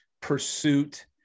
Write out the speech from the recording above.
pursuit